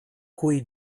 cui